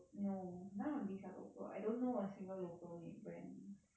no nowadays I don't know a single local made brand